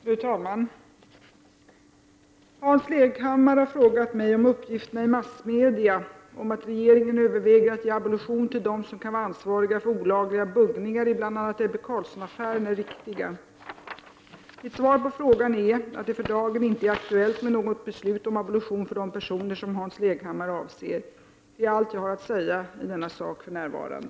Fru talman! Hans Leghammar har frågat mig om uppgifterna i massmedia om att regeringen överväger att ge abolition till dem som kan vara ansvariga för olagliga ”buggningar” i bl.a. Ebbe Carlsson-affären är riktiga. Mitt svar på frågan är att det för dagen inte är aktuellt med något beslut om abolition för de personer som Hans Leghammar avser. Det är allt jag har att säga i denna sak för närvarande.